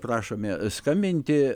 prašome skambinti